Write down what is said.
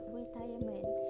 retirement